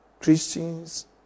Christians